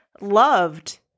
loved